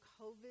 COVID